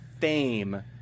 Fame